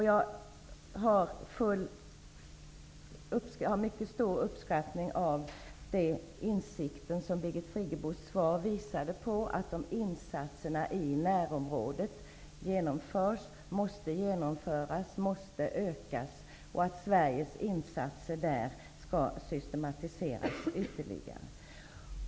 Jag uppskattar mycket den insikt som Birgit Friggebos svar visade på, att insatser i närområdet måste genomföras och måste ökas samt att Sveriges insatser där skall systematiseras ytterligare.